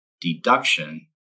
deduction